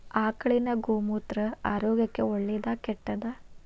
ಆಕಳಿನ ಗೋಮೂತ್ರ ಆರೋಗ್ಯಕ್ಕ ಒಳ್ಳೆದಾ ಕೆಟ್ಟದಾ?